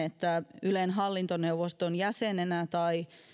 että ylen hallintoneuvoston jäsenenä tai